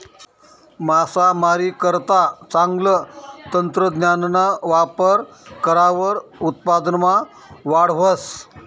मासामारीकरता चांगलं तंत्रज्ञानना वापर करावर उत्पादनमा वाढ व्हस